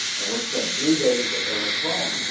and we spent three days with erich fromm,